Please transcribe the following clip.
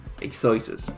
excited